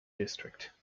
district